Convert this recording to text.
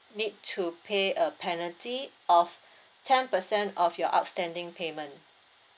need to pay a penalty of ten percent of your outstanding payment